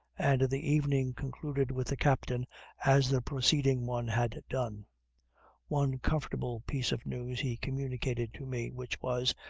and the evening concluded with the captain as the preceding one had done one comfortable piece of news he communicated to me, which was,